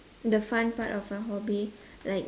the fun part of your hobby like